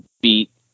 beat